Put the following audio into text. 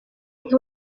nka